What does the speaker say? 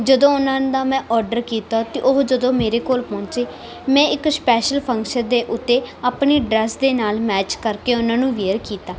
ਜਦੋਂ ਉਹਨਾਂ ਦਾ ਮੈਂ ਆਰਡਰ ਕੀਤਾ ਅਤੇ ਉਹ ਜਦੋਂ ਮੇਰੇ ਕੋਲ ਪਹੁੰਚੇ ਮੈਂ ਇੱਕ ਸਪੈਸ਼ਲ ਫੰਕਸ਼ਨ ਦੇ ਉੱਤੇ ਆਪਣੀ ਡ੍ਰੈਸ ਦੇ ਨਾਲ ਮੈਚ ਕਰਕੇ ਉਹਨਾਂ ਨੂੰ ਵੇਅਰ ਕੀਤਾ